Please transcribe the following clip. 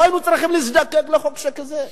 לא היינו צריכים להזדקק לחוק שכזה.